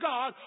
God